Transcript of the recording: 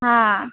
હા